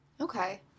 Okay